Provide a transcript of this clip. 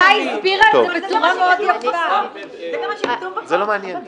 נעמה הסבירה בצורה מאוד יפה --- רק רגע --- זה לא מעניין,